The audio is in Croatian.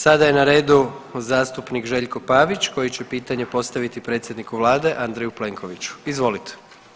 Sada je na redu zastupnik Željko Pavić koji će pitanje postaviti predsjedniku vlade Andreju Plenkoviću, izvolite.